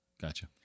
Gotcha